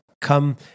come